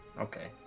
Okay